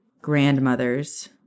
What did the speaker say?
grandmother's